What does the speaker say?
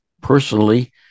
personally